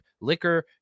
liquor